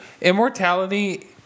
immortality